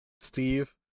Steve